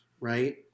right